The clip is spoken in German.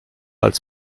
als